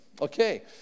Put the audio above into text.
Okay